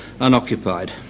unoccupied